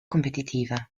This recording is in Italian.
competitiva